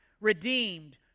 redeemed